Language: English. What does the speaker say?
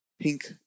pink